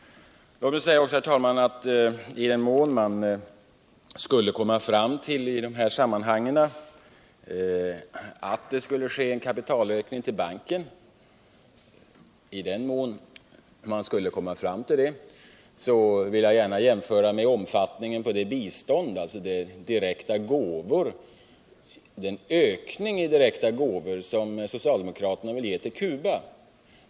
I den mån man skulle komma fram till att det borde ske en kapitalökning till banken vill jag gärna jämföra med ökningen i fråga om de direkta gåvor som socialdemokraterna vill ge ull Cuba.